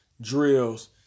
drills